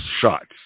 shots